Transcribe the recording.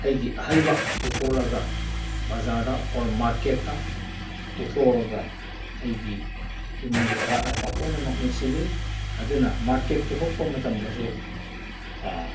ꯑꯩꯒꯤ ꯑꯍꯩꯕ ꯄꯨꯊꯣꯛꯂꯒ ꯕꯖꯥꯔꯗ ꯑꯣꯔ ꯃꯥꯔꯀꯦꯠꯇ ꯄꯨꯊꯣꯛꯂꯒ ꯑꯩꯒꯤ ꯏꯃꯨꯡꯒꯤ ꯑꯋꯥꯠ ꯑꯄꯥ ꯄꯨꯝꯅꯃꯛ ꯃꯦꯟꯁꯤꯜꯂꯤ ꯑꯗꯨꯅ ꯃꯥꯔꯀꯦꯠ ꯄꯨꯊꯣꯛꯄ ꯃꯇꯝꯗꯁꯨ